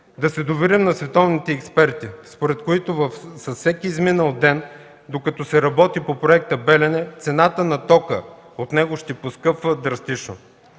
Да се доверим на световните експерти, според които с всеки изминал ден, докато се работи по проекта „Белене”, цената на тока от него ще поскъпва драстично.